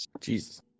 jesus